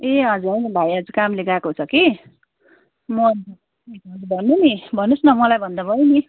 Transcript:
ए हजुर होइन भाइ आज कामले गएको छ कि म भन्नु नि भन्नुहोस् न मलाई भन्दा भयो नि